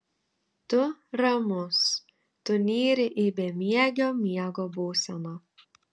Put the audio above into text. tu ramus tu nyri į bemiegio miego būseną